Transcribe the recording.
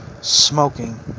smoking